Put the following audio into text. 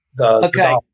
Okay